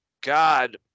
God